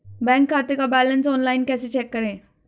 Bank खाते का balance online कैसे चेक करें?